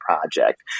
project